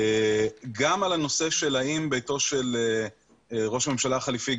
גם על הנושא של האם ביתו של ראש הממשלה החליפי,